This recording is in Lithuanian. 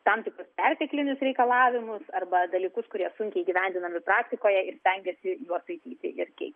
tam tikrus perteklinius reikalavimus arba dalykus kurie sunkiai įgyvendinami praktikoje ir stengiasi juos taisyti ir keisti